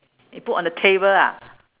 you put on the table ah